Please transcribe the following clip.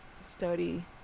study